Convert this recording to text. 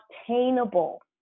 obtainable